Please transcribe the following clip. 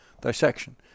dissection